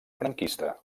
franquista